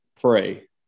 pray